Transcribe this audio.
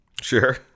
Sure